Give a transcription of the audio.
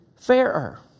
fairer